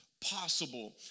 possible